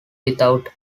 without